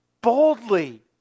boldly